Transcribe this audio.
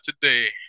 today